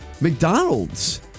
McDonald's